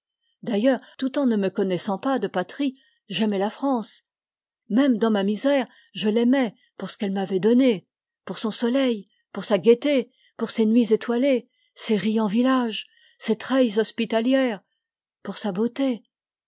d'ailleurs tout en ne me connaissant pas de patrie j'aimais la france même dans ma misère je l'aimais pour ce qu'elle m'avait donné pour son soleil pour sa gaîté pour ses nuits étoilées ses rians villages ses treilles hospitalières pour sa beauté